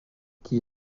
qui